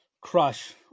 crush